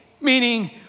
meaning